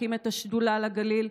להקים את השדולה לגליל,